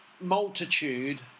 multitude